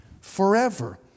forever